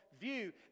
view